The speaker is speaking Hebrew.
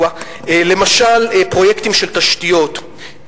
למשל פרויקטים של תשתיות,